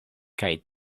kaj